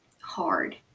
hard